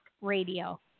radio